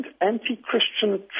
anti-Christian